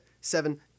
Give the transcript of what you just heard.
Seven